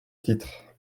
titre